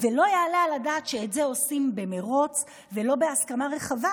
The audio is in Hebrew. ולא יעלה על הדעת שאת זה עושים במרוץ ולא בהסכמה רחבה.